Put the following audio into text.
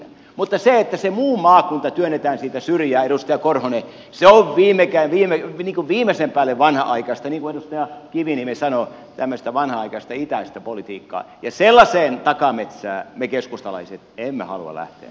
mutta se että se muu maakunta työnnetään siitä syrjään edustaja korhonen on viimeisen päälle vanhanaikaista niin kuin edustaja kiviniemi sanoi tämmöistä vanhanaikaista itäistä politiikkaa ja sellaiseen takametsään me keskustalaiset emme halua lähteä